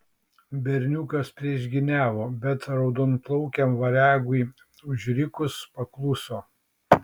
berniukas priešgyniavo bet raudonplaukiam variagui užrikus pakluso